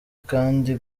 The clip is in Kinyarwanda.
kandi